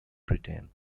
britain